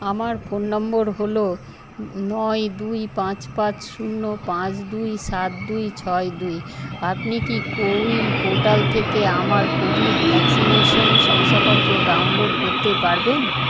আমার phone number হল ন নয় দুই পাঁচ পাঁচ শূন্য পাঁয দুই সাত দুই ছয় দুই আপনি কি কোউইন পোর্টাল থেকে আমার কোভিড ভ্যাকসিনেশন শংসাপত্র ডাউনলোড করতে পারবেন